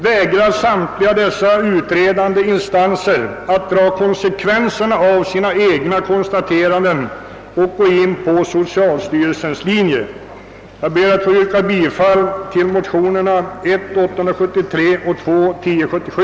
Men trots att både utredning, regering och utskott konstaterar fakta härvidlag vägrar de att gå på socialstyrelsens linje. Jag ber att få yrka bifall till motionerna I: 873 och II: 1077.